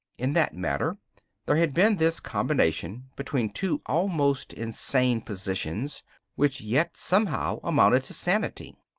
in that matter there had been this combination between two almost insane positions which yet somehow amounted to sanity.